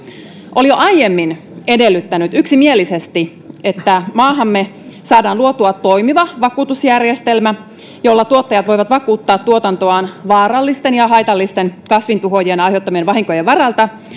oli jo aiemmin edellyttänyt yksimielisesti että maahamme saadaan luotua toimiva vakuutusjärjestelmä jolla tuottajat voivat vakuuttaa tuotantoaan vaarallisten ja haitallisten kasvintuhoojien aiheuttamien vahinkojen varalta